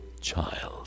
child